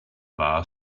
bar